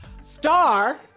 Star